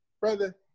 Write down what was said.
Brother